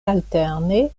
alterne